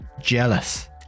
jealous